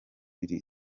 iri